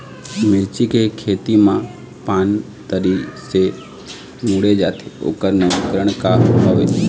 मिर्ची के खेती मा पान तरी से मुड़े जाथे ओकर नवीनीकरण का हवे?